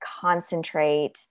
concentrate